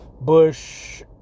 Bush